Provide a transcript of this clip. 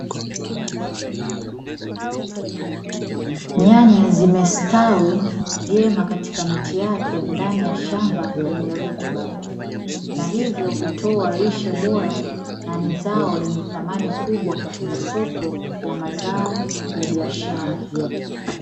Nyanya zimestawi vyema katika miti yake ndani ya shamba lenye rutuba na hivyo hutoa lishe bora na ni zao, lenye thamani kubwa katika soko la mazao ya biashara.